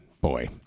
boy